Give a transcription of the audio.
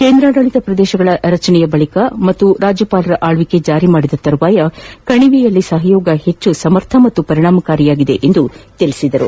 ಕೇಂದ್ರಾಡಳತ ಪ್ರದೇಶಗಳ ರಚನೆಯ ಬಳಕ ಮತ್ತು ರಾಜ್ಯಪಾಲರ ಆಳ್ಲಕೆ ಜಾರಿ ಮಾಡಿದ ತರುವಾಯ ಕಣಿವೆಯಲ್ಲಿ ಸಹಯೋಗ ಹೆಚ್ಚು ಸಮರ್ಥ ಮತ್ತು ಪರಿಣಾಮಕಾರಿಯಾಗಿದೆ ಎಂದು ತಿಳಿಸಿದರು